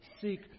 seek